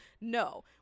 No